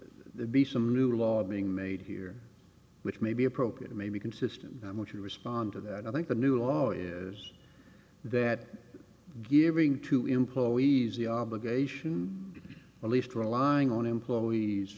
there'd be some new laws being made here which may be appropriate it may be consistent i'm going to respond to that i think the new law is that giving to employees the obligation to be at least relying on employees